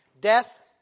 Death